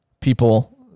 people